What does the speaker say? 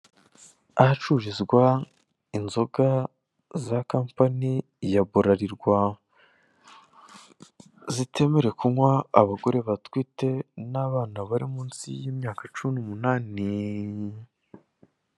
Ahacururizwa inzoga za kampani ya burarirwa, zitemerewe kunywa abagore batwite n'abana bari mu nsi y'imyaka cumi n'umunani.